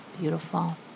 beautiful